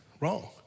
wrong